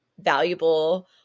valuable